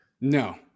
No